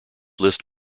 list